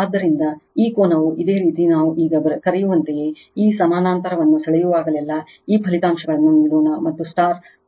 ಆದ್ದರಿಂದ ಈ ಕೋನವು ಇದೇ ರೀತಿ ನಾವು ಈಗ ಕರೆಯುವಂತೆಯೇ ಈ ಸಮಾನಾಂತರವನ್ನು ಸೆಳೆಯುವಾಗಲೆಲ್ಲಾ ಈ ಫಲಿತಾಂಶಗಳನ್ನು ನೀಡೋಣ ಮತ್ತು